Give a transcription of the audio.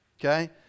Okay